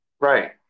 Right